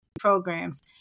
programs